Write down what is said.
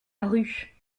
rue